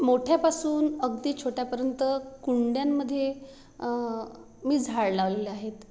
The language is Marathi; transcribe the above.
मोठ्यापासून अगदी छोट्यापर्यंत कुंड्यांमध्ये मी झाड लावलेले आहेत